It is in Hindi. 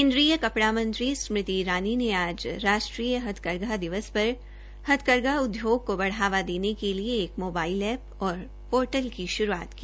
केन्द्रीय कपड़ा मंत्री स्मृति ईरानी ने आज राष्ट्रीय हथकरघा दिवस पर हथकरघा उदयोग को बढ़ावा देने के लिए एक मोबाइल एप्प और पोर्टल की शुरूआत की